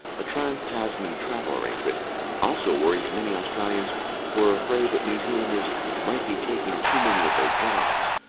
the trans-tasman travel arrangement also worries many australians who are afraid that new zealanders might be taking too many of their jobs.